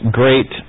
great